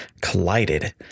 collided